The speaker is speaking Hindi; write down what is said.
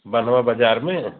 बंधवा बाज़ार में